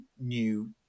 new